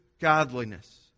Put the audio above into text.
godliness